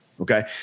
Okay